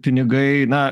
pinigai na